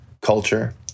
culture